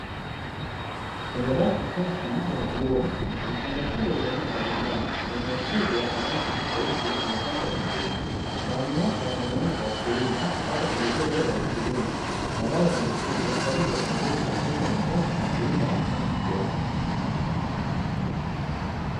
Kwenye rafu safi ya vioo vifungashio vya aina mbalimbali vyenye ukubwa na rangi tofauti vimepangwa vizuri. Mahali hapa ni muhimu kwa wakulima kupata pembejeo bora za kilimo na dawa za mifugo ,kwa ajili ya kuongeza uzalishaji wa mifugo na kulinda afya ya mifugo yao.